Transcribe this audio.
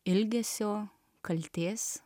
ilgesio kaltės